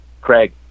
Craig